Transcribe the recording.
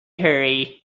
hurry